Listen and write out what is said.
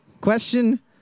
Question